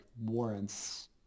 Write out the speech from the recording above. warrants